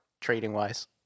trading-wise